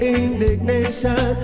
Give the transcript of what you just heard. indignation